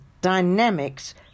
dynamics